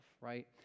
right